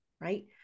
right